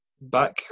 back